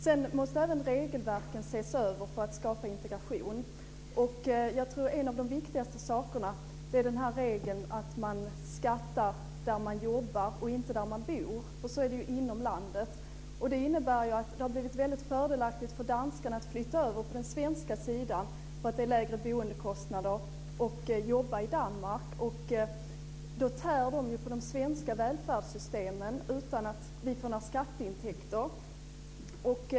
Sedan måste även regelverken ses över för att skapa integration. En av de viktigaste sakerna är regeln att man skattar där man jobbar och inte där man bor. Så är det ju inom landet. Det innebär att det har blivit väldigt fördelaktigt för danskarna att flytta över på den svenska sidan, där det är lägre boendekostnader, och jobba i Danmark. De tär då på de svenska välfärdssystemen utan att vi får några skatteintäkter.